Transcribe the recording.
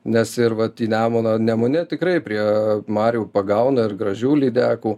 nes ir vat į nemuną nemune tikrai prie marių pagauna ir gražių lydekų